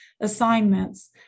assignments